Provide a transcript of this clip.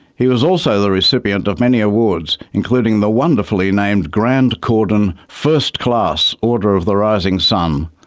he was also the recipient of many awards, including the wonderfully named grand cordon, first-class order of the rising sun.